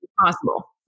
possible